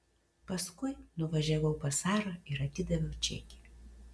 paskui nuvažiavau pas sarą ir atidaviau čekį